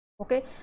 okay